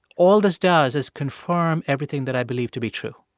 all this does is confirm everything that i believe to be true